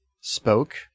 spoke